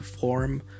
form